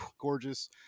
gorgeous